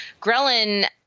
Ghrelin